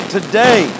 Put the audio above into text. Today